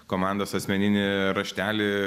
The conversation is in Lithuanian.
komandos asmeninį raštelį